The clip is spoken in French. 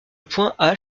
point